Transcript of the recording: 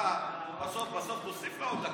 אתה, בסוף בסוף תוסיף לה עוד דקה.